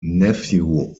nephew